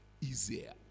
easier